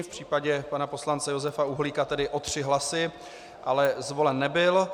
V případě pana poslance Josefa Uhlíka tedy o tři hlasy, ale zvolen nebyl.